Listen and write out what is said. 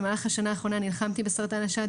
במהלך השנה האחרונה נלחמתי בסרטן השד,